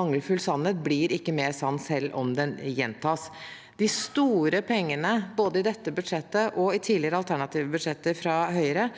mangelfull sannhet blir ikke mer sann selv om den gjentas. De store pengene i både dette budsjettet og tidligere alternative budsjetter fra Høyre